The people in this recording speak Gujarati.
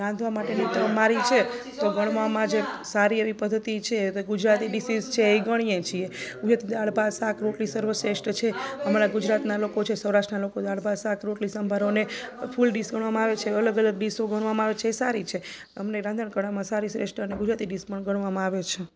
રાંધવા માટેની તો અમારી છે તો ઘરમાંમાં જે સારી એવી પદ્ધતિ છે તો ગુજરાતી ડિશીશ છે એ ગણીએ છીએ વિથ દાળ ભાત શાક રોટલી સર્વશ્રેષ્ઠ છે અમારા ગુજરાતનાં લોકો છે સૌરાષ્ટ્રના લોકો દાળ ભાત શાક રોટલી સંભારો અને ફૂલ ડિશ ગણવામાં આવે છે અલગ અલગ ડિશો ગણવામાં આવે છે એ સારી છે અમને રાંધણ કળામાં સારી શ્રેષ્ઠ અને ગુજરાતી ડિશ પણ ગણવામાં આવે છે